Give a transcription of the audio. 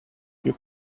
you